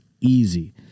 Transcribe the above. easy